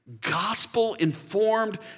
gospel-informed